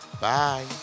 Bye